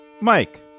mike